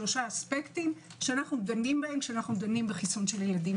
שלושה אספקטים שאנו דנים בהם כשדנים בחיסון של ילדים,